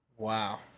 Wow